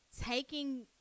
taking